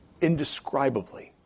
indescribably